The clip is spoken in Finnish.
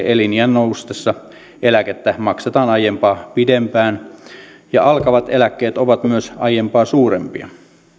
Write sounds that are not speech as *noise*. *unintelligible* eliniän noustessa eläkettä maksetaan aiempaa pidempään ja alkavat eläkkeet ovat myös aiempaa suurempia